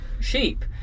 sheep